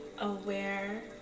aware